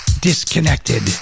Disconnected